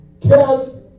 test